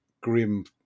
grim